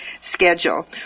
schedule